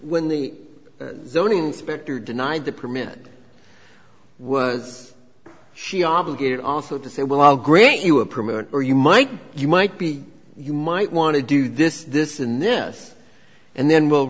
when the zoning inspector denied the permit was she obligated also to say well i'll grant you a permit or you might you might be you might want to do this this in this and then w